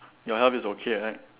your health is okay right